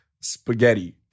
spaghetti